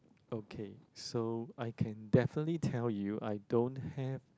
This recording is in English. okay so I can definitely tell you I don't have